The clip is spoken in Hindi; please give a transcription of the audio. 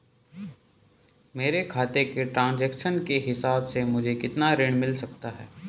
मेरे खाते के ट्रान्ज़ैक्शन के हिसाब से मुझे कितना ऋण मिल सकता है?